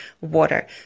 water